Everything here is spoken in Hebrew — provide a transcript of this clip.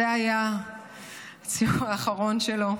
זה היה הציור האחרון שלו.